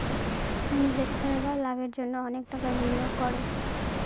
ইনভেস্টাররা লাভের জন্য অনেক টাকা বিনিয়োগ করে